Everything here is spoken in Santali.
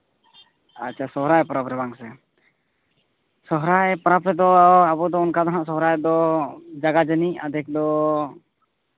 ᱟᱪᱪᱷᱟ ᱥᱚᱦᱚᱨᱟᱭ ᱯᱚᱨᱚᱵᱽ ᱨᱮ ᱵᱟᱝ ᱥᱮ ᱥᱚᱦᱚᱨᱟᱭ ᱯᱚᱨᱚᱵᱽ ᱨᱮᱫᱚ ᱟᱵᱚ ᱫᱚ ᱚᱱᱠᱟ ᱫᱚ ᱦᱟᱸᱜ ᱥᱚᱦᱚᱨᱟᱭ ᱫᱚ ᱡᱟᱭᱜᱟ ᱡᱟᱹᱱᱤᱡ ᱟᱫᱷᱮᱠ ᱫᱚ